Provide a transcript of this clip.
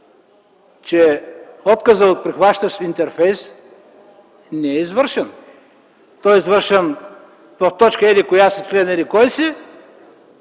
че отказът от прихващащ интерфейс не е извършен. Той е извършен в точка еди-коя си, член еди-кой си,